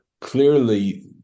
clearly